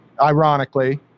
Ironically